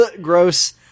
Gross